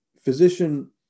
physician